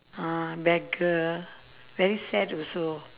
uh beggar very sad also